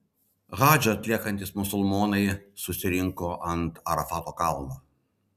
hadžą atliekantys musulmonai susirinko ant arafato kalno